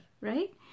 right